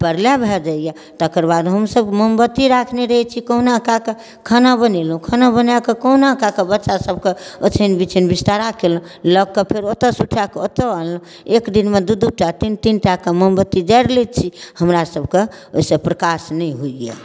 प्रलय भऽ जाइए तकरबाद हमसभ मोमबत्ती राखने रहै छी कहुना कऽ कऽ खाना बनेलहुँ खाना बनाकऽ कहुना कऽ कऽ बच्चासभके ओछैन बिछैन बिस्तरा केलहुँ लऽ कऽ फेर ओतऽसँ उठाकऽ ओतऽ अनलहुँ एकदिनमे दुइ दुइ टा तीन तीन टाके मोमबत्ती जारि लै छी हमरासभके ओहिसँ प्रकाश नहि होइए